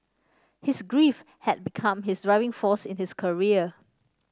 his grief had become his driving force in his career